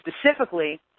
specifically